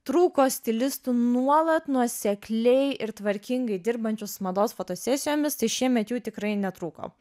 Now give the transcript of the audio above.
trūko stilistų nuolat nuosekliai ir tvarkingai dirbančių su mados fotosesijomis tai šiemet jų tikrai netrūko